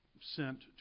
sent